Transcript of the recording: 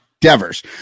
Devers